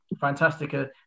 Fantastic